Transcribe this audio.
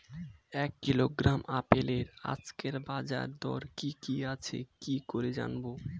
এক কিলোগ্রাম আপেলের আজকের বাজার দর কি কি আছে কি করে জানবো?